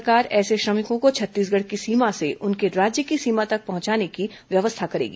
राज्य सरकार ऐसे श्रमिकों को छत्तीसगढ़ की सीमा से उनके राज्य की सीमा तक पहुंचाने की व्यवस्था करेगी